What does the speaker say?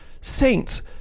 Saints